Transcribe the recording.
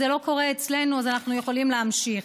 זה לא קורה אצלנו אז אנחנו יכולים להמשיך.